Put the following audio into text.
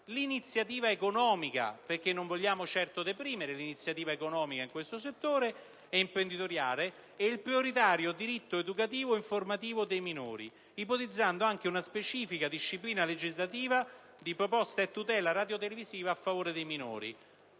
l'iniziativa economica» - perché non vogliamo certo deprimere l'iniziativa economica in questo settore - «e imprenditoriale e il prioritario diritto educativo/informativo dei minori, ipotizzando anche una specifica disciplina legislativa di proposta e tutela radiotelevisiva a favore dei minori».